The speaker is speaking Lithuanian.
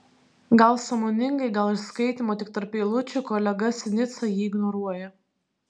gal sąmoningai gal iš skaitymo tik tarp eilučių kolega sinica jį ignoruoja